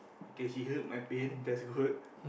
okay she healed my pain that's good